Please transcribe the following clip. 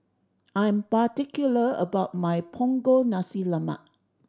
I am particular about my Punggol Nasi Lemak